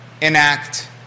enact